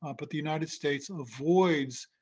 ah but the united states avoids